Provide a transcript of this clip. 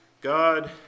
God